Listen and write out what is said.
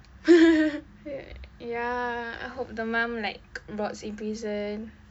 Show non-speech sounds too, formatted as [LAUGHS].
[LAUGHS] [NOISE] ya I hope the mum like rots in prison